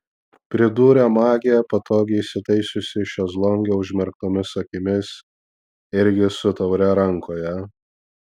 pridūrė magė patogiai įsitaisiusi šezlonge užmerktomis akimis irgi su taure rankoje